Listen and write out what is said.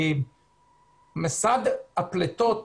מסד הפליטות